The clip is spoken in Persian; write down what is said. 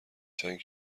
چند